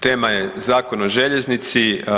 Tema je Zakon o željeznici.